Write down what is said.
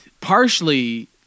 partially